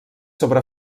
sobre